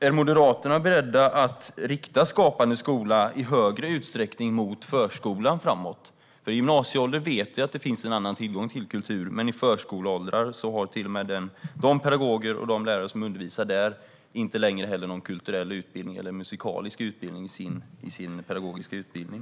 Är Moderaterna beredda att i större utsträckning rikta Skapande skola till förskolan framöver? Vi vet att det i gymnasieåldern finns en annan tillgång till kultur, men de pedagoger och lärare som undervisar i förskolan har inte någon kulturell eller musikalisk utbildning i sin pedagogiska utbildning.